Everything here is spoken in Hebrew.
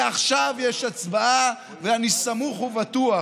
ועכשיו יש הצבעה, ואני סמוך ובטוח